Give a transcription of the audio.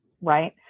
right